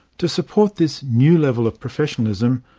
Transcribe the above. to support this new level of professionalism,